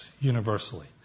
universally